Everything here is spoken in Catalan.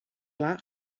pla